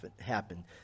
happen